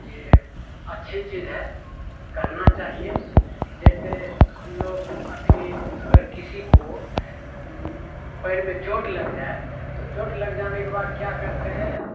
ये अच्छी चीज है करना चाहिए जैसे हम लोग अभी अगर किसी को पैर में चोट लग जाए तो चोट लग जाने के बाद क्या करते हैं